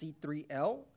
C3L